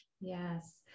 Yes